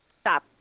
Stop